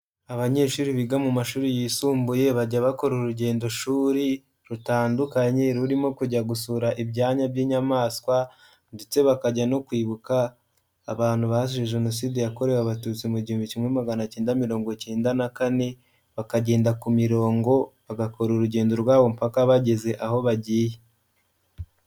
Abanyeshuri biga mu mashuri yisumbuye bajya bakora urugendoshuri rutandukanye rurimo kujya gusura ibyanya by'inyamaswa ndetse bakajya no kwibuka abantu bazize jenoside yakorewe Abatutsi mu igihumbi kimwe magana cyenda mirongo icyenda na kane, bakagenda ku mirongo bagakora urugendo rwabo mpaka bageze aho bagiye.